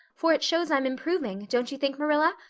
for it shows i'm improving, don't you think, marilla,